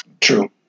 true